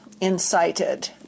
incited